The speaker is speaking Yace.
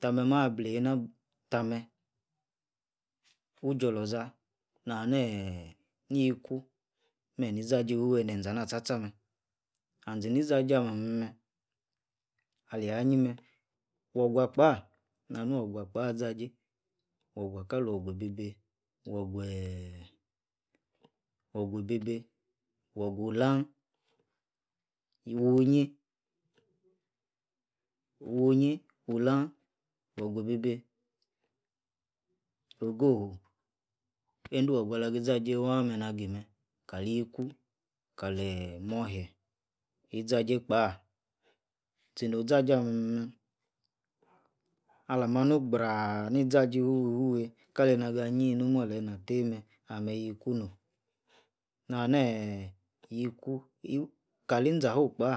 tame ma bleh na tame uja olza na akaa yiku mem ni-za ajie ifufue ne eze mem and zi ni-iza ajie amem aleyi ayie mem wu kwa-kpa na-ham wukwa kpa iza-ejie wu-kwa kalor wu, kwa ebebeh wu-kwu ulang wujie wujie alang wukwa ebebeh ogohu ende-wukwa ala-gi-za-jie waa mem na gi mer kali yieku kali-mohie iza0jie kpa zeno oza-jie amem ali mem alah mah anu-gbraa ini-iza jie ifufue kalena aga yi nomu aleyi-na tie mem amem yiku nom na aha neeh yiku kali izahu kpa